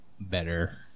better